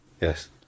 yes